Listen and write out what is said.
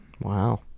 Wow